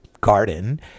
garden